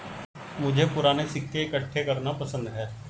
मुझे पूराने सिक्के इकट्ठे करना पसंद है